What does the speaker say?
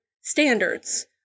standards